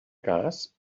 cas